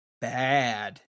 bad